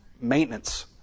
maintenance